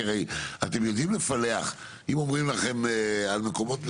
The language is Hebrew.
אתם יודעים לפלח אם אומרים לכם על מקומות מסוימים.